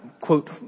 quote